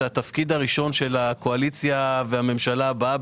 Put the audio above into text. התפקיד הראשון של הקואליציה והממשלה הבאה,